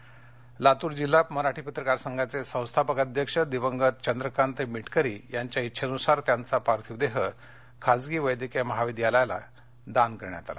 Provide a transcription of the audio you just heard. चंद्रकांत मिटकरी लातर लातूर जिल्हा मराठी पत्रकार संघाचे संस्थापक अध्यक्ष दिवंगत चंद्रकांत मिटकरी यांच्या इच्छेनुसार त्यांचा पार्थिव देह खासगी वैद्यकीय महाविद्यालयाला दान करण्यात आला